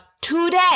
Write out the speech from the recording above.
today